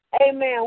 Amen